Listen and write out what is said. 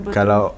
Kalau